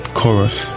chorus